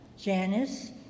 Janice